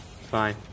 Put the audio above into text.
fine